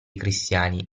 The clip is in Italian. cristiani